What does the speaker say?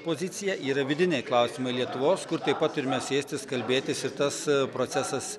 pozicija yra vidiniai klausimai lietuvos kur taip pat ir mes sėstis kalbėtis ir tas procesas